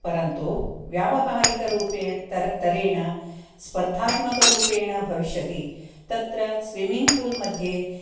परन्तु व्यावहारिकरूपे तर तरेण स्पर्धात्मकरूपेण भविष्यति तत्र स्विमिङ्ग् पूल् मध्ये